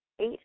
eight